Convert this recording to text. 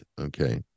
okay